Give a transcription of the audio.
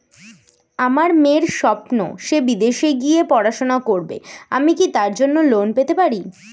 আমার মেয়ের স্বপ্ন সে বিদেশে গিয়ে পড়াশোনা করবে আমি কি তার জন্য লোন পেতে পারি?